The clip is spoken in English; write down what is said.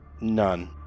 None